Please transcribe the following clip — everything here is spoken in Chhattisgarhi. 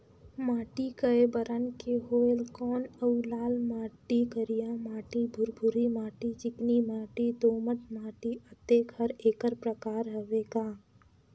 माटी कये बरन के होयल कौन अउ लाल माटी, करिया माटी, भुरभुरी माटी, चिकनी माटी, दोमट माटी, अतेक हर एकर प्रकार हवे का?